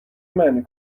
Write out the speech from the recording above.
معنی